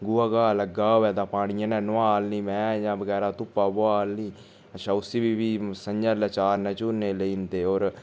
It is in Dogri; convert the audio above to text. गोहा गा लग्गा होए तां पानियै ने नोहालनी मैंह् जां बगैरा धुप्पा बाह्लनी अच्छा उसी बी फ्ही संञलै चारने चुरने लेई जंदे होर